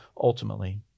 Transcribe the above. ultimately